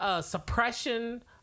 suppression